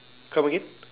come again